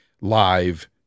live